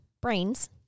brains